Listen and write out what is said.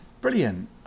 Brilliant